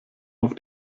auf